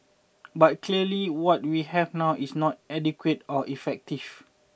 but clearly what we have now is not adequate or effective